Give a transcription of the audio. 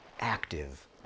active